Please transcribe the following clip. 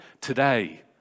today